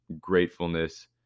gratefulness